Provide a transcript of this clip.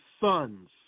sons